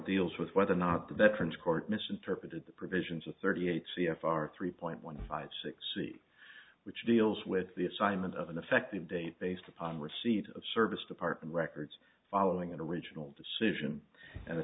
deals with whether or not the veterans court misinterpreted the provisions of thirty eight c f r three point one five six c which deals with the assignment of an effective date based upon receipt of service department records following an original decision and